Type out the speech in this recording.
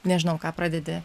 nežinau ką pradedi